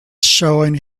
showing